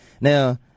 Now